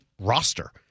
roster